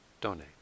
donate